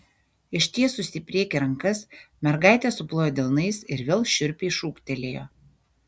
ištiesusi į priekį rankas mergaitė suplojo delnais ir vėl šiurpiai šūktelėjo